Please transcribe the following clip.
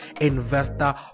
investor